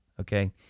Okay